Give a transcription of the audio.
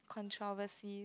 controversy